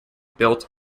built